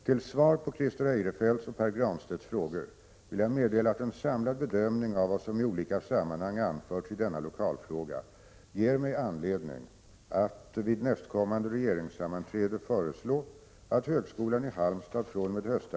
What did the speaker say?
Till svar på Christer Eirefelts och Pär Granstedts frågor vill jag meddela att en samlad bedömning av vad som i olika sammanhang anförts i denna lokalfråga ger mig anledning att vid nästkommande regeringssammanträde